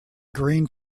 green